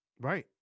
Right